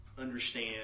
understand